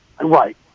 right